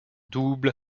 double